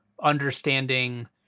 understanding